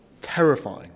terrifying